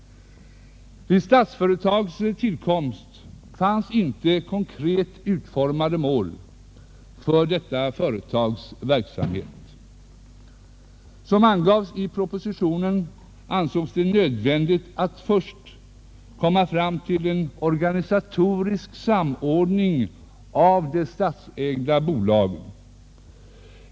Vid Statsföretags tillkomst fanns inte konkret utformade mål för detta företags verksamhet. Såsom angavs i propositionen ansågs det nödvändigt att först komma fram till en organisatorisk samordning av de statsägda bolagen.